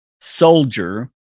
soldier